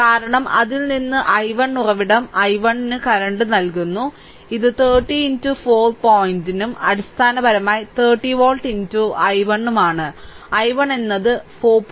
കാരണം അതിൽ നിന്ന് i1 ഉറവിടം i1 കറന്റ് നൽകുന്നു ഇത് 30 4 പോയിന്റും അടിസ്ഥാനപരമായി 30 വോൾട്ട് i1 ഉം ആണ് i1 എന്നത് 4